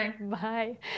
Bye